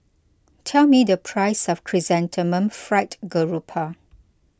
tell me the price of Chrysanthemum Fried Garoupa